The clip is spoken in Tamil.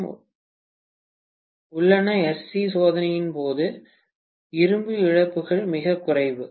மற்றும் உள்ளன எஸ்சி சோதனையின் போது இரும்பு இழப்புகள் மிகக் குறைவு